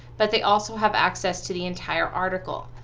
but they also have access to the entire article.